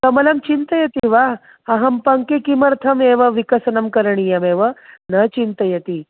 कमलं चिन्तयति वा अहं पङ्के किमर्थमेवं विकसनं करणीयमेव न चिन्तयति